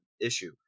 issue